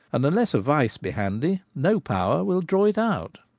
and unless a vice be handy no power will draw it out.